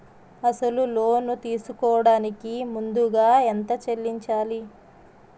అసలు లోన్ తీసుకోడానికి ముందుగా ఎంత చెల్లించాలి?